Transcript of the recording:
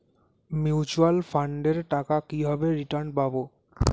Mutual ফান্ডের টাকা কিভাবে রিটার্ন পাব?